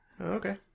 Okay